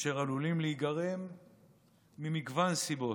אשר עלולים להיגרם ממגוון סיבות,